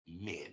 men